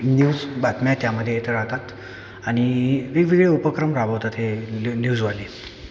news बातम्या त्यामध्ये येत राहतात आणि वेगवेगळे उपक्रम राबवतात हे न्यूजवाले